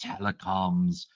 telecoms